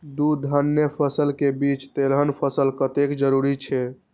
दू धान्य फसल के बीच तेलहन फसल कतेक जरूरी छे?